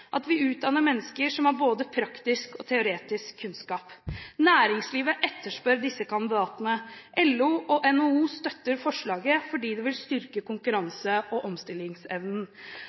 at vi utdanner mennesker som har både praktisk og teoretisk kunnskap. Næringslivet etterspør disse kandidatene. LO og NHO støtter forslaget fordi det vil styrke konkurranse- og omstillingsevnen.